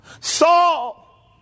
Saul